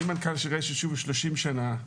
אני מנכ"ל של רשת שובו שלושים שנה.